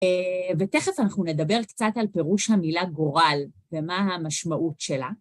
ותכף אנחנו נדבר קצת על פירוש המילה גורל ומה המשמעות שלה.